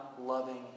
loving